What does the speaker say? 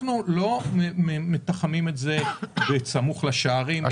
אנחנו לא תוחמים את זה סמוך לשערים.